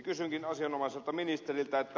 kysynkin asianomaiselta ministeriltä